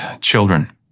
children